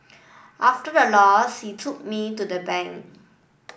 after the loss he took me to the bank